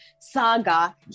saga